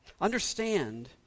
Understand